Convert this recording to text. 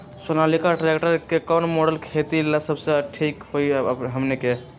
Sonalika tractor के कौन model खेती ला सबसे ठीक होई हमने की?